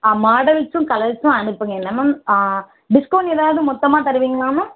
மாடல்ஸும் கலர்ஸும் அனுப்புங்க என்ன மேம் டிஸ்கௌண்ட் ஏதாவது மொத்தமாக தருவீங்களா மேம்